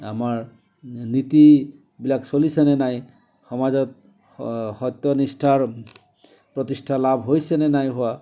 আমাৰ নীতিবিলাক চলিছেনে নাই সমাজত সত্য নিষ্ঠাৰ প্ৰতিষ্ঠা লাভ হৈছেনে নাই হোৱা